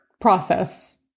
process